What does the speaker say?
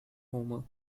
homer